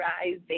rising